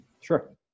Sure